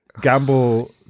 Gamble